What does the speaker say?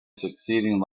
succeeding